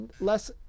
less